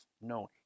known